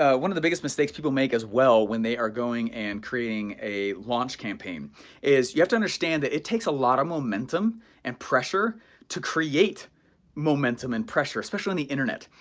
ah one of the biggest mistakes people make as well when they are going and creating a launch campaign is you have to understand that it takes a lot of momentum and pressure to create momentum and pressure, especially in the internet.